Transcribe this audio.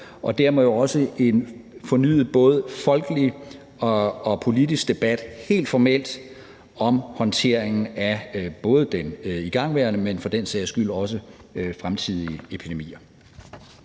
og dermed jo også en fornyet både folkelig og politisk debat helt formelt om håndteringen af både den igangværende, men for den sags skyld også fremtidige epidemier.